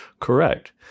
correct